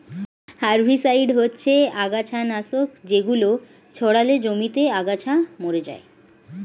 herbicide হচ্ছে আগাছানাশক যেগুলো ছড়ালে জমিতে আগাছা মরে যায়